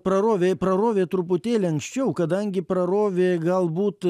prarovė prarovė truputėlį anksčiau kadangi prarovė galbūt